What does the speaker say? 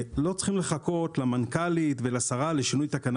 לא צריכים לחכות למנכ"לית ולשרה לשינוי תקנה